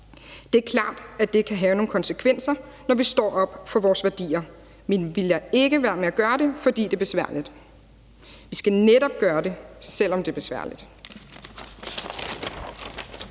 »Det er klart, at det kan have nogle konsekvenser, når vi står op for vores værdier, men vi lader ikke være med at gøre det, fordi det er besværligt. Vi skal netop gøre det, selv om det er besværligt«.